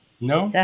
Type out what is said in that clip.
No